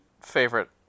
favorite